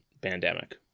pandemic